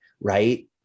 right